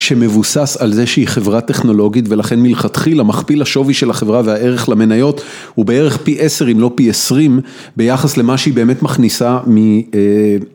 שמבוסס על זה שהיא חברה טכנולוגית ולכן מלכתחילה מכפיל השווי של החברה והערך למניות, הוא בערך פי עשר אם לא פי עשרים, ביחס למה שהיא באמת מכניסה מ...